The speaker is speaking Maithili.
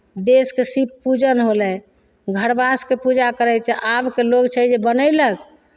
देशके शिव पूजन होलै घरवासके पूजा करै छै आबके लोग छै जे बनयलक